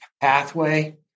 pathway